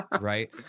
right